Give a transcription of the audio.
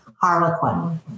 Harlequin